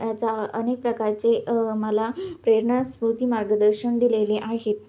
याचा अनेक प्रकारचे मला प्रेरणा स्फूर्ती मार्गदर्शन दिलेले आहेत